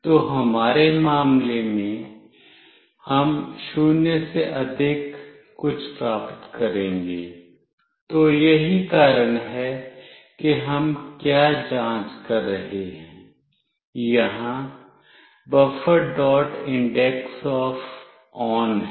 तो हमारे मामले में हम 0 से अधिक कुछ प्राप्त करेंगे तो यही कारण है कि हम क्या जाँच कर रहे हैं यहाँ bufferindexOf ON है